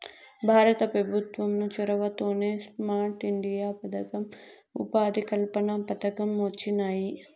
భారత పెభుత్వం చొరవతోనే స్మార్ట్ ఇండియా పదకం, ఉపాధి కల్పన పథకం వొచ్చినాయి